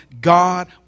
God